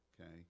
okay